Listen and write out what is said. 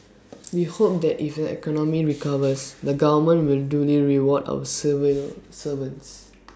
we hope that if the economy recovers the government will duly reward our civil servants